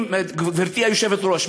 גברתי היושבת-ראש,